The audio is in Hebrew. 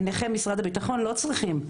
נכי משרד הביטחון לא צריכים,